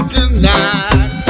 Tonight